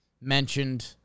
mentioned